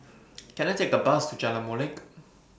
Can I Take A Bus to Jalan Molek